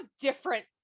different